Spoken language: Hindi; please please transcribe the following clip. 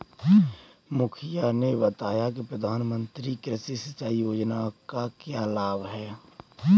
मुखिया ने बताया कि प्रधानमंत्री कृषि सिंचाई योजना का क्या लाभ है?